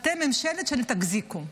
אתם ממשלה של "תחזיקו":